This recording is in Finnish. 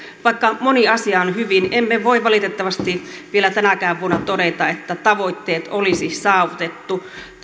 vaikka moni asia on hyvin emme voi valitettavasti vielä tänäkään vuonna todeta että tavoitteet olisi saavutettu